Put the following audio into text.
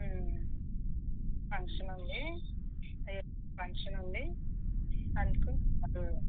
function ఉంది function ఉంది అందుకు